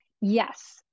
Yes